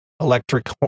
electric